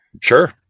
Sure